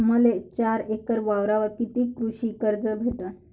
मले चार एकर वावरावर कितीक कृषी कर्ज भेटन?